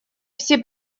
все